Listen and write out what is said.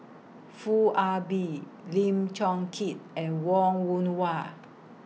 Foo Ah Bee Lim Chong Keat and Wong Yoon Wah